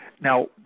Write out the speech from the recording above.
now